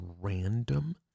random